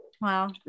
Wow